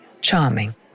charming